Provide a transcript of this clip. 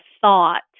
thought